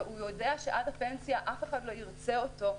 ויודע שעד הפנסיה אף אחד לא ירצה אותו,